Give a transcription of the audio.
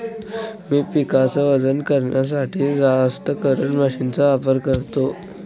मी पिकाच वजन करण्यासाठी जास्तकरून मशीन चा वापर करतो